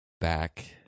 back